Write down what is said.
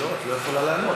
לא, את לא יכולה לענות.